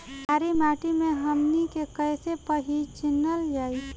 छारी माटी के हमनी के कैसे पहिचनल जाइ?